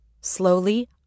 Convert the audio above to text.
Slowly